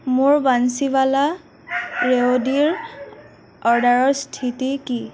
মোৰ বান্সীৱালা ৰেৱদিৰ অৰ্ডাৰৰ স্থিতি কি